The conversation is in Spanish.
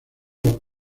los